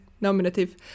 nominative